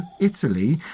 Italy